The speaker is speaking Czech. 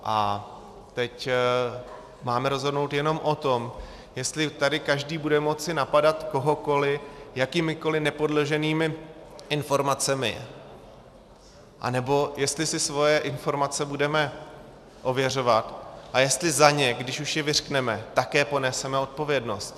A teď máme rozhodnout jenom o tom, jestli tady každý bude moci napadat kohokoli jakýmikoli nepodloženými informacemi, anebo jestli si svoje informace budeme ověřovat a jestli za ně, když už je vyřkneme, také poneseme odpovědnost.